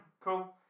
Cool